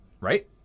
Right